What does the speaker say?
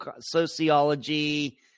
sociology